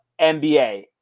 NBA